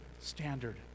standard